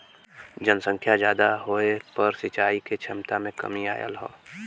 जनसंख्या जादा होये पर सिंचाई के छमता में कमी आयल हौ